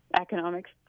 economics